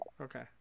okay